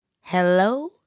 Hello